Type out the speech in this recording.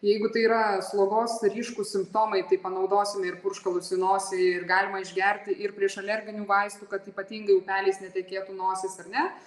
jeigu tai yra slogos ryškūs simptomai tai panaudosime ir purškalus į nosį ir galima išgerti ir priešalerginių vaistų kad ypatingai upeliais netekėtų nosis ar ne